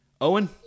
Owen